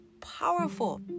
powerful